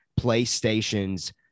PlayStation's